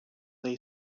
lay